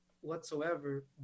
whatsoever